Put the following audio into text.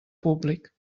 públic